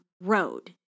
road